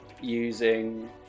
Using